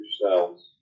yourselves